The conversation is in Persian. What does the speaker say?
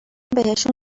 بهشون